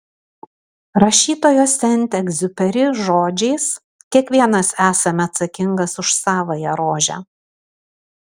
rašytojo sent egziuperi žodžiais kiekvienas esame atsakingas už savąją rožę